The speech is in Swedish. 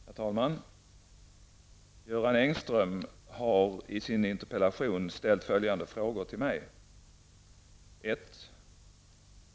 Herr talman! Göran Engström har i sin interpellation ställt följande fem frågor till mig: 1.